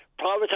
Privatize